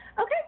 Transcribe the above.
Okay